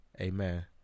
amen